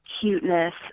cuteness